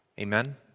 Amen